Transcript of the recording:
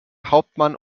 hauptmann